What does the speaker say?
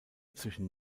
zwischen